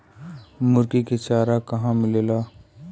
मुर्गी के चारा कहवा मिलेला?